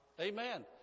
amen